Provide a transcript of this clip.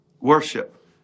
Worship